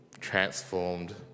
transformed